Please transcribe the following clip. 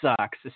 sucks